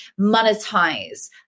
monetize